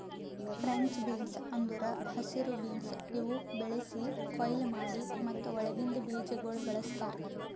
French beans ಅಂದುರ್ ಹಸಿರು beans ಇವು ಬೆಳಿಸಿ, ಕೊಯ್ಲಿ ಮಾಡಿ ಮತ್ತ ಒಳಗಿಂದ್ ಬೀಜಗೊಳ್ ಬಳ್ಸತಾರ್